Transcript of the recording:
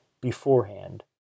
beforehand